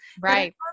Right